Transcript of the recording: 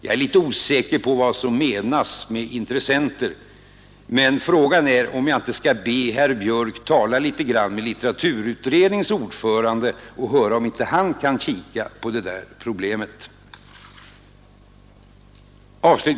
Jag är litet osäker på vad som menas med ”intressenter”, men frågan är om jag inte skall be herr Björk i Göteborg att tala litet med litteraturutredningens ordförande och höra om inte han kan kika på det problemet.